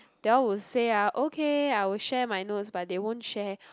they all will say ah okay I will share my notes but they won't share